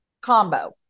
combo